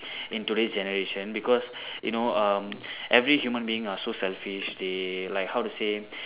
into this generation because you know um every human being are so selfish they like how to say